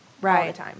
Right